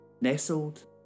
Nestled